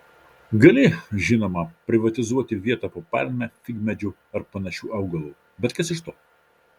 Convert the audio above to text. gali žinoma privatizuoti vietą po palme figmedžiu ar panašiu augalu bet kas iš to